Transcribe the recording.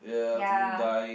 ya